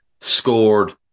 scored